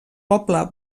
poble